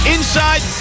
Inside